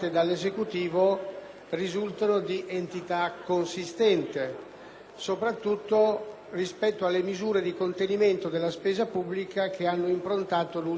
soprattutto rispetto alle misure di contenimento della spesa pubblica che hanno improntato l'ultima manovra finanziaria. È quindi uno sforzo che il Governo ha fatto